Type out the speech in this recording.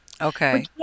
okay